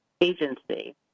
agency